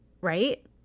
right